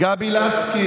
גבי לסקי.